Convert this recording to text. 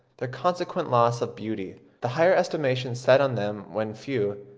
their consequent loss of beauty, the higher estimation set on them when few,